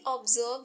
observe